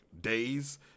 days